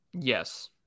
yes